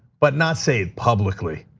but not say it publicly,